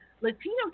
Latino